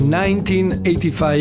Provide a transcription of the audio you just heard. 1985